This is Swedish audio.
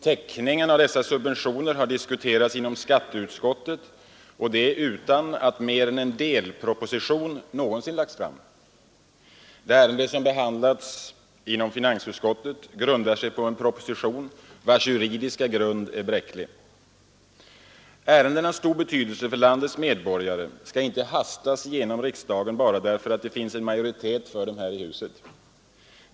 Täckningen av dessa subventioner har diskuterats inom skatteutskottet utan att mer än en delproposition någonsin lagts fram. Det ärende som behandlats inom finansutskottet grundar sig på en proposition vars juridiska grund är bräcklig. Ärenden av stor betydelse för landets medborgare skall inte hastas igenom riksdagen bara därför att det finns en majoritet för dem här i huset.